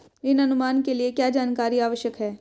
ऋण अनुमान के लिए क्या जानकारी आवश्यक है?